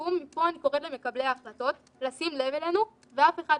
לסיכום מפה אני קוראת למקבלי ההחלטות לשים לב אלינו ואף אחד,